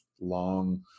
long